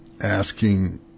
asking